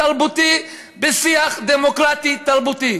התרבותי בשיח דמוקרטי תרבותי.